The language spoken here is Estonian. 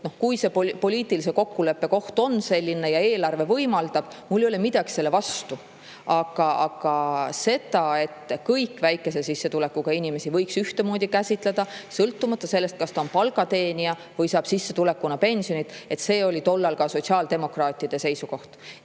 kui poliitiline kokkulepe on selline ja eelarve seda võimaldab, siis mul ei ole midagi selle vastu. Aga see, et kõiki väikese sissetulekuga inimesi võiks ühtemoodi käsitleda, sõltumata sellest, kas ta on palga teenija või saab sissetulekuna pensionit, oli ka tol ajal sotsiaaldemokraatide seisukoht. Nii